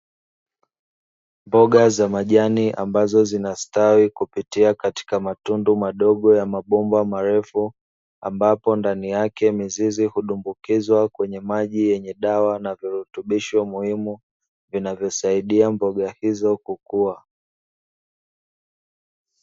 Mboga za majani ambazo zinastawi kupitia katika matundu madogo ya mabomba marefu, ambapo ndani yake mizizi hudumbukizwa kwenye maji yenye dawa na virutubisho muhimu, vinavyosaidia mboga hizo kukua.